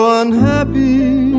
unhappy